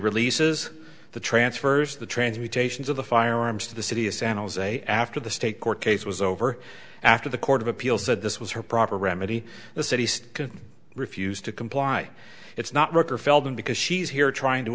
releases the transfers the transmutations of the firearms to the city of san jose after the state court case was over after the court of appeals said this was her proper remedy the city can refuse to comply it's not work or fell down because she's here trying to